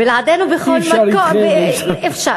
בלעדינו בכל מקום אי-אפשר.